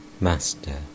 Master